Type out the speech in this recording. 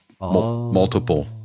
multiple